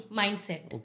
mindset